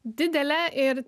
didelė ir